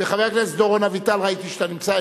חבר הכנסת דורון אביטל, ראיתי שאתה נמצא.